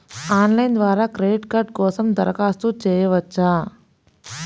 Online ద్వారా credit card కోసం దరఖాస్తు చేయవచ్చా?